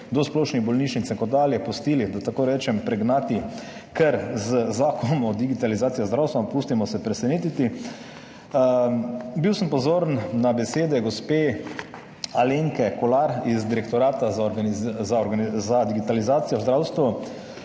do splošnih bolnišnic, kot dalje pustili, da tako rečem, pregnati kar z Zakonom o digitalizaciji zdravstva, ampak pustimo se presenetiti. Bil sem pozoren na besede gospe Alenke Kolar iz Direktorata za digitalizacijo v zdravstvu,